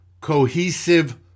cohesive